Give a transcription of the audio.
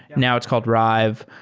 now it's called rive.